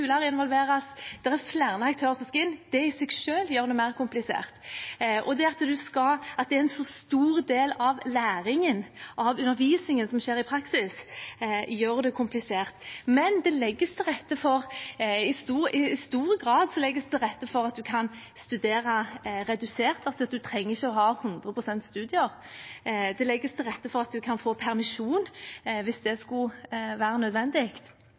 skal involveres, kommunehelsetjenester skal involveres, i læreryrket skal skoler involveres. Det er flere aktører som skal inn, og det i seg selv gjør det mer komplisert. Det at det er en så stor del av læringen, av undervisningen, som skjer i praksis, gjør det komplisert. I stor grad legges det til rette for at man kan studere redusert, man trenger ikke å ha et 100 pst. studieår. Det legges til rette for at man kan få permisjon, hvis det skulle være nødvendig.